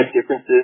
differences